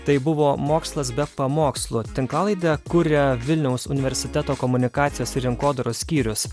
tai buvo mokslas be pamokslo tinklalaidę kuria vilniaus universiteto komunikacijos ir rinkodaros skyrius